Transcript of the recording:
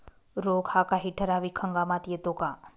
रोग हा काही ठराविक हंगामात येतो का?